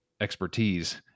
expertise